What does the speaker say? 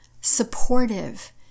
supportive